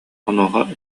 онуоха